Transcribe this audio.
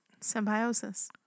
Symbiosis